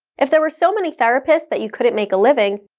if there were so many therapists that you couldn't make a living,